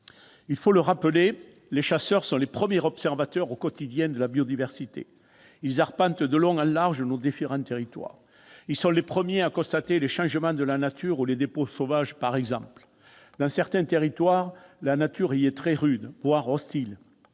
Il faut le rappeler, les chasseurs sont les premiers observateurs au quotidien de la biodiversité. Ils arpentent de long en large nos différents territoires. Ils sont les premiers à constater les changements de la nature ou les dépôts sauvages, par exemple. Dans certains territoires, la nature est rude, voire hostile.